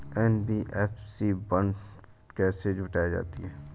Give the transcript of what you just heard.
NBFC fund कैसे जुटाती है?